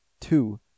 two